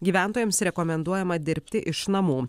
gyventojams rekomenduojama dirbti iš namų